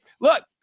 look